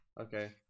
Okay